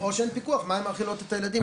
או שאין פיקוח מה הן מאכילות את הילדים.